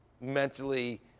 mentally